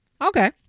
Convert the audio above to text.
okay